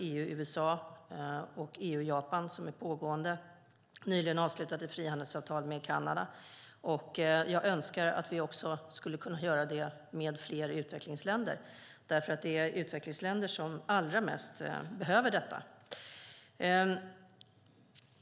EU-USA och EU-Japan är pågående, och nyligen har vi avslutat ett frihandelsavtal med Kanada. Jag önskar att vi skulle kunna göra det också med fler utvecklingsländer, för det är utvecklingsländer som allra mest behöver detta.